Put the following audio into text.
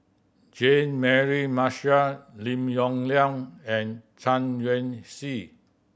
Jean Mary Marshall Lim Yong Liang and Chen Hsi